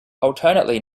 alternately